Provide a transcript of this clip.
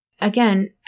again